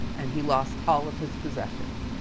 and he lost all of his possessions.